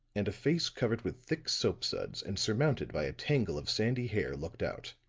and a face covered with thick soap suds and surmounted by a tangle of sandy hair looked out.